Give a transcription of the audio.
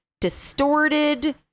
distorted